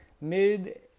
mid